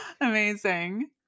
Amazing